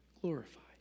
glorified